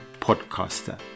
podcaster